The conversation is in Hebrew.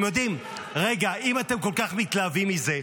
אם אתם כל כך מתלהבים מזה,